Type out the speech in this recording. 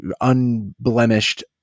unblemished